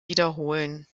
wiederholen